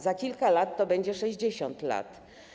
Za kilka lat to będzie 60 lat.